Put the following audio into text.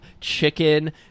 chicken